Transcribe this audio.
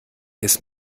ist